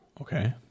okay